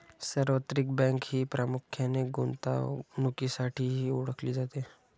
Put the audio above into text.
सार्वत्रिक बँक ही प्रामुख्याने गुंतवणुकीसाठीही ओळखली जाते